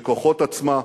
בכוחות עצמה,